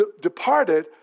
departed